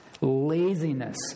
laziness